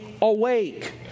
awake